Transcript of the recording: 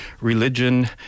religion